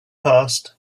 passed